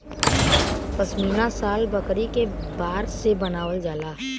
पश्मीना शाल बकरी के बार से बनावल जाला